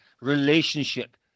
relationship